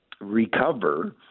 recover